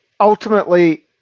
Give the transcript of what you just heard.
Ultimately